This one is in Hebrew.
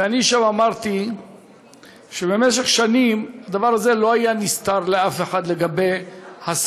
ואני שם אמרתי שבמשך שנים לא היו נסתרות לאף אחד הסכנות